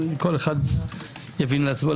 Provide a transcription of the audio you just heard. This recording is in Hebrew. כל אחד יבין לעצמי.